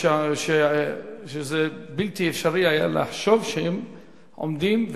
שזה בלתי אפשרי היה לחשוב שהם עומדים,